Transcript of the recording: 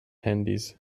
handys